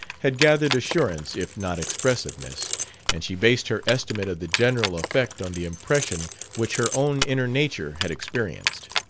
had gathered assurance if not expressiveness and she based her estimate of the general effect on the impression which her own inner nature had experienced.